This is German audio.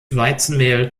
weizenmehl